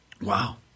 Wow